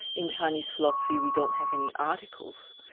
in chinese philosophy we don't have any articles,